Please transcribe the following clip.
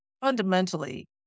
fundamentally